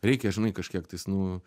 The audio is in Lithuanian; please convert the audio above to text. reikia žinai kažkiek tais nu